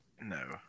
no